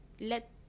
let